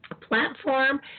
platform